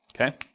Okay